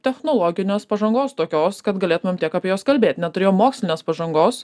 technologinės pažangos tokios kad galėtumėm tiek apie juos kalbėt neturėjom mokslinės pažangos